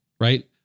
right